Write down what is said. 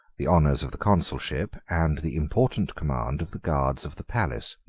the honors of the consulship, and the important command of the guards of the palace.